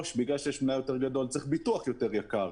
בגלל שיש מלאי יותר גדול צריך ביטוח יותר יקר.